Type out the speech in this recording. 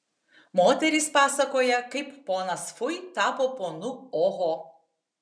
moterys pasakoja kaip ponas fui tapo ponu oho